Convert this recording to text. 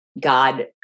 God